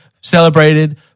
celebrated